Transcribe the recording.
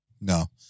No